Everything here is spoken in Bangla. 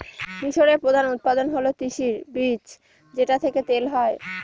মিশরের প্রধান উৎপাদন হল তিসির বীজ যেটা থেকে তেল হয়